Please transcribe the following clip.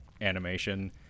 animation